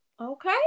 Okay